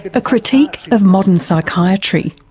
a critique of modern psychiatry.